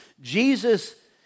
Jesus